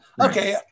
Okay